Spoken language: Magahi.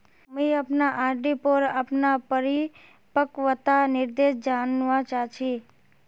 मुई अपना आर.डी पोर अपना परिपक्वता निर्देश जानवा चहची